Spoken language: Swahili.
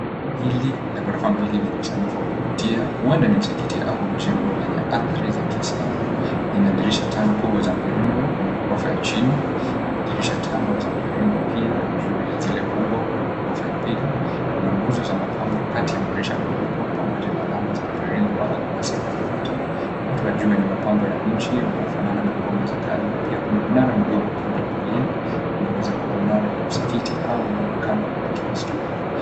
Jengo hili la gℎ𝑜rofa mbili lenye usanifu wa kuvutia, huenda ni msikiti au jengo lenye athiri za kiislamu. Lina dirisha tano kubwa za mviringo kwenye gℎ𝑜rofa ya chini, dirisha tano za mvirigo pia juu ya zile kubwa kwenye gℎorofa ya pili, kuna nguzo za mapambo kati ya madirisha makubwa pamoja na alama za mviringo wa almasi kwenye ukuta. Ukuta wa juu wenye mapambo ya inchi unaofanana na ngome za kazi na pia kuna mnara mdogo upande wa kulia unaoweza ku𝑤a mnara wa msikiti au wa mwonekani wa kihistoria.